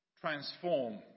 transform